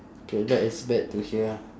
K that is bad to hear ah